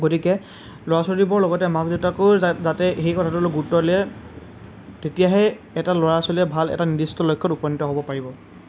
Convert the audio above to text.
গতিকে ল'ৰা ছোৱালীবোৰৰ লগতে মাক দেউতাকেও যাতে সেই কথাটো অলপ গুৰুত্ব দিলে তেতিয়াহে এটা ল'ৰা ছোৱালীয়ে ভাল এটা নিৰ্দিষ্ট লক্ষ্যত উপনীত হ'ব পাৰিব